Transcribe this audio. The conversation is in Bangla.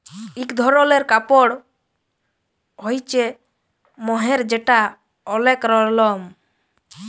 ইক ধরলের কাপড় হ্য়চে মহের যেটা ওলেক লরম